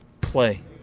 play